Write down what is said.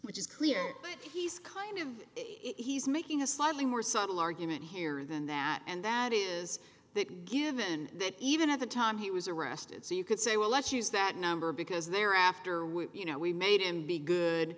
which is clear but he's kind of it he's making a slightly more subtle argument here than that and that is that given that even at the time he was arrested so you could say well let's use that number because they're after we you know we made him be good